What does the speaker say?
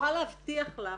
אני יכולה להבטיח לך